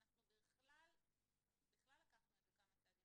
אנחנו בכלל לקחנו את זה כמה צעדים